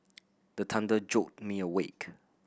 the thunder jolt me awake